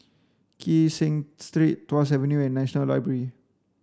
Kee Seng Street Tuas Avenue and National Library